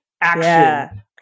action